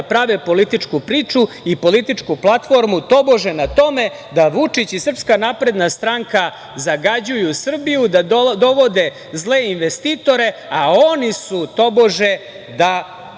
da prave političku priču i političku platformu tobože na tome da Vučić i SNS zagađuju Srbiju, da dovode zle investitore, a oni su tobože vlasni